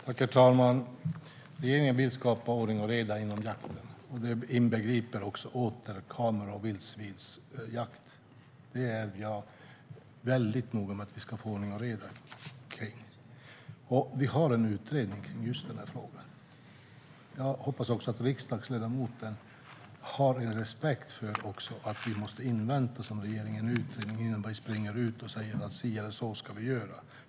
Herr talman! Regeringen vill skapa ordning och reda inom jakten, och det inbegriper även åtelkameror och vildsvinsjakt. Jag är väldigt noga med att vi ska få ordning och reda kring det. Vi har en utredning om just denna fråga. Jag hoppas att riksdagsledamoten har respekt för att vi som regering måste invänta en utredning innan vi springer ut och säger att vi ska göra si eller så.